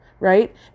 right